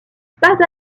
pas